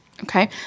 Okay